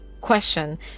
question